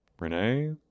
Renee